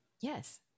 Yes